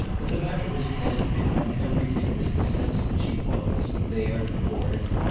at the back of his head, behind everything, was the sense that she was there, before him,